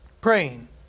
praying